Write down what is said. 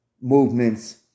Movements